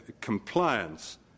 compliance